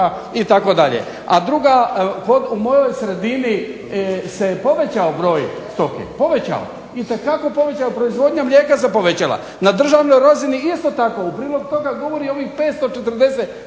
itd. A druga, u mojoj sredini se povećao broj stoke, povećao, itekako povećao. Proizvodnja mlijeka se povećala. Na državnoj razini isto tako. U prilog toga govori i ovih 540,